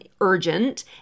urgent